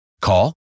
Call